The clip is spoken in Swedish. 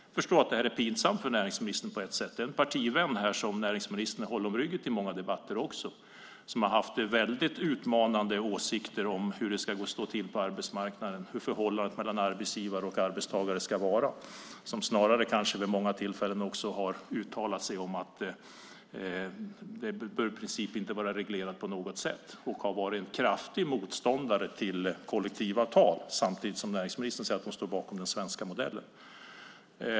Jag förstår att det är pinsamt för näringsministern. Det är en partivän som näringsministern hållit om ryggen i många debatter som har haft väldigt utmanande åsikter om hur det ska gå till på arbetsmarknaden och hur förhållandet mellan arbetsgivare och arbetstagare ska vara. Han har vid många tillfällen uttalat sig om att det i princip inte bör vara reglerat på något sätt. Han har varit en kraftig motståndare till kollektivavtal samtidigt som näringsministern säger att hon står bakom den svenska modellen.